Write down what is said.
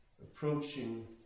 approaching